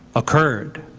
occurred,